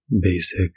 basic